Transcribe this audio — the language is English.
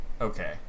okay